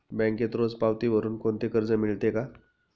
बँकेत रोज पावती भरुन कोणते कर्ज मिळते का?